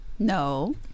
No